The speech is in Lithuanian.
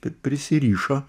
bet prisirišo